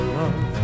love